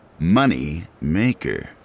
Moneymaker